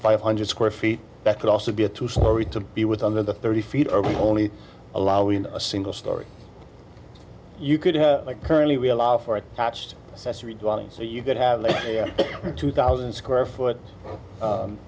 five hundred square feet that could also be a two story to be with under the thirty feet of only allowing a single storey you could have like currently we allow for attached so you could have a two thousand square foot